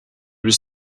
was